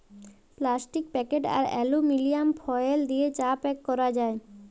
plastic packet আর aluminium foil দিয়ে চা প্যাক ক্যরা যায়